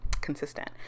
consistent